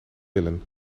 willen